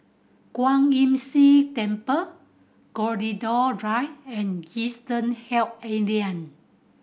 Kwan Imm See Temple Gladiola Drive and Eastern Health Alliance